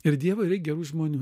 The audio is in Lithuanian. ir dievui reik gerų žmonių